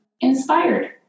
inspired